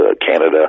Canada